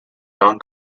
non